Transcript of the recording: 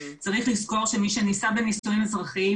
צריך לזכור שמי שנישא בנישואים אזרחיים